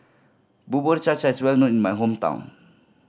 Bubur Cha Cha is well known in my hometown